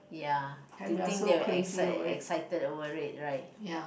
ya do to think they were excite excited over it right